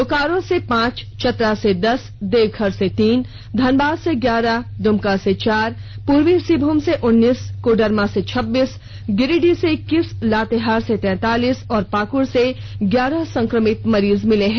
बोकारो से पांच चतरा से दस देवघर से तीन धनबाद से ग्यारह दुमका से चार पूर्वी सिंहभूम से उन्नीस कोडरमा से छब्बीस गिरिडीह से इक्कीस लातेहार से तैंतालीस और पाकुड़ से ग्यारह संक्रमित मरीज मिले हैं